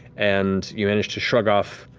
and you manage to shrug off